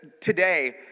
today